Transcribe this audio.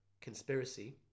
conspiracy